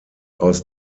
aus